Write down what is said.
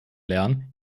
lernen